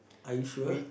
are you sure